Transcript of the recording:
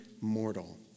mortal